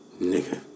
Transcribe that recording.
Nigga